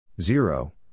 Zero